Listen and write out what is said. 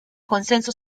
consenso